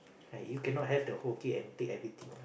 like you cannot have the whole cake and take everything